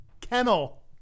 Kennel